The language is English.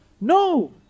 No